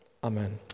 Amen